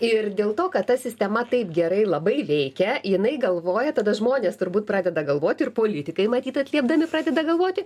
ir dėl to kad ta sistema taip gerai labai veikia jinai galvoja tada žmonės turbūt pradeda galvoti ir politikai matyt atliepdami pradeda galvoti